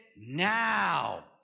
now